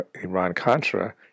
Iran-Contra